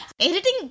editing